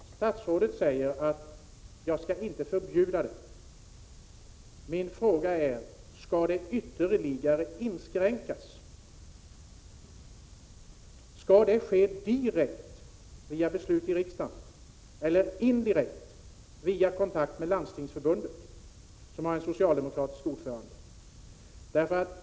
Statsrådet säger att hon inte skall förbjuda det. Min fråga är: Skall det ytterligare inskränkas? Skall det ske direkt via beslut i riksdagen eller indirekt via kontakt med Landstingsförbundet, som har en socialdemokratisk ordförande?